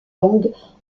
langues